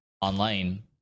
online